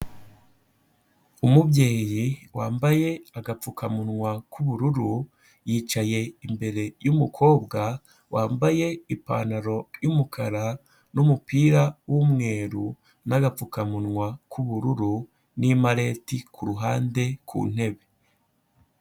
Umubyeyi wambaye agapfukamunwa k'ubururu, yicaye imbere y'umukobwa wambaye ipantaro y'umukara n'umupira w'umweru, n'agapfukamunwa k'ubururu n'imarete ku ruhande ku ntebe.